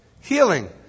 Healing